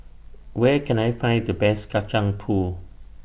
Where Can I Find The Best Kacang Pool